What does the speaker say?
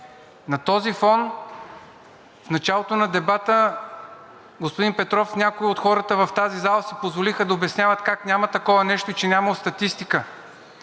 На този фон в началото на дебата, господин Петров, някои от хората в тази зала си позволиха да обясняват как няма такова нещо и че нямало статистика.